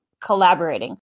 collaborating